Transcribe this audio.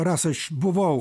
rasa aš buvau